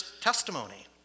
testimony